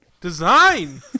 Design